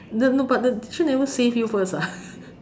no no but the teacher never save you first ah